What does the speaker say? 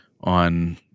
on